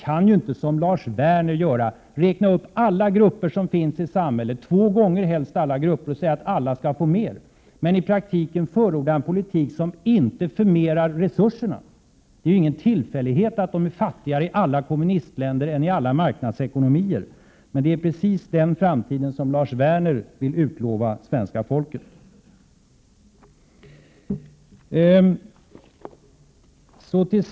Man kan inte, som Lars Werner gör, räkna upp alla grupper som finns i samhället — helst två gånger — och säga att alla skall få mer, men i praktiken förorda en politik som inte förmerar resurserna. Det är ingen tillfällighet att människor i alla kommunistländer är fattigare än människor i marknadsekonomier. Det är precis den framtiden som Lars Werner vill utlova åt svenska folket. Herr talman!